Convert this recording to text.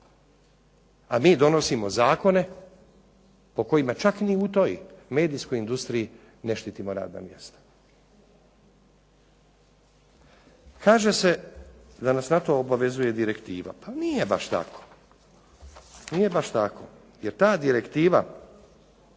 A mi donosimo zakone po kojima čak ni u toj medijskoj industriji ne štitimo radna mjesta. Kaže se da nas na to obavezuje direktiva. Pa nije baš tako. Nije baš tako, jer ta direktiva